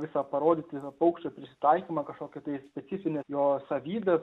visą parodyti paukščių prisitaikymą kažkokią tai specifinę jo savybę